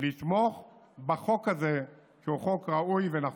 לתמוך בחוק הזה, כי הוא חוק ראוי ונחוץ.